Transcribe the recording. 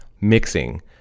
mixing